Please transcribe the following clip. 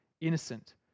Innocent